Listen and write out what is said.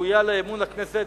ראויה לאמון הכנסת,